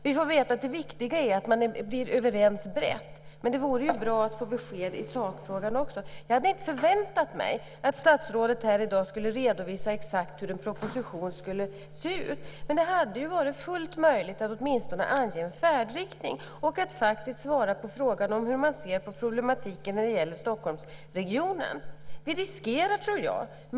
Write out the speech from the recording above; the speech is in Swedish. Vi får veta att det viktiga är att man blir överens brett. Men det vore ju bra att få besked i sakfrågan också. Jag hade inte förväntat mig att statsrådet här i dag skulle redovisa exakt hur en proposition ska se ut. Men det hade varit fullt möjligt att åtminstone ange en färdriktning och att faktiskt svara på frågan hur man ser på problematiken när det gäller Stockholmsregionen.